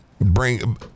bring –